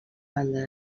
banda